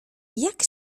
jak